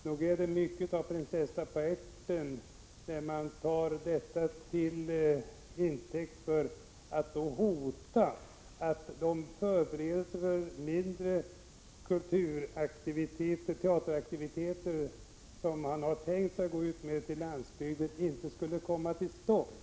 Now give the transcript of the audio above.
Nog är det något av prinsessan på ärten när man tar detta till intäkt för att hota med att de förberedelser för mindre teateraktiviteter som man har tänkt sig att gå ut med till landsbygden inte skulle komma till stånd.